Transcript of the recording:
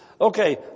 Okay